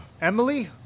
Emily